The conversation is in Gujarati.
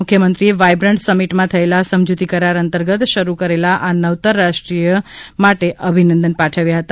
મુખ્યમંત્રીએ વાયબ્રન્ટ સમિટમાં થયેલા સમજુતી કરાર અંતર્ગત શરૂ કરેલા આ નવતર રાષ્ટ્રીય માટે અભિનંદન પાઠવ્યા હતા